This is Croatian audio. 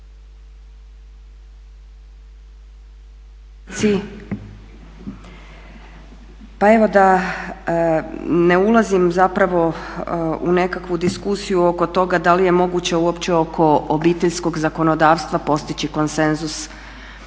Pa evo da ne ulazim zapravo u nekakvu diskusiju oko toga da li je moguće uopće oko obiteljskog zakonodavstva postići konsenzus